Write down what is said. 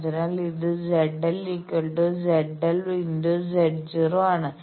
അതിനാൽ ഇത് ZLZL ×Z0 ആണ്